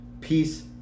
peace